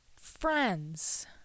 friends